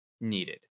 needed